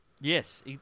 Yes